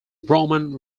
roman